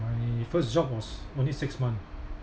my first job was only six month